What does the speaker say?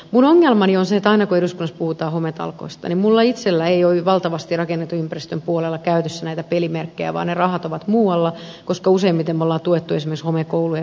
minun ongelmani on se että aina kun eduskunnassa puhutaan hometalkoista niin minulla itselläni ei ole valtavasti rakennetun ympäristön puolella käytössä näitä pelimerkkejä vaan ne rahat ovat muualla koska useimmiten me olemme tukeneet esimerkiksi homekoulujen korjaamista